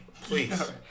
Please